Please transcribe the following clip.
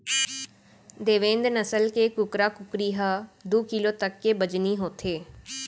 देवेन्द नसल के कुकरा कुकरी ह दू किलो तक के बजनी होथे